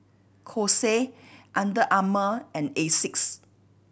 Kose Under Armour and Asics